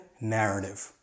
narrative